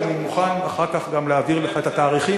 ואני מוכן אחר כך גם להעביר לך את התאריכים